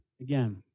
Again